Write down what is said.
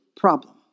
problem